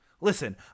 Listen